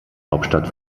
hauptstadt